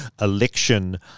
election